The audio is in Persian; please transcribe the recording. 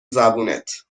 زبونت